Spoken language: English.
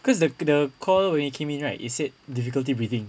cause the the call when it came in right it said difficulty breathing